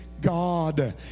God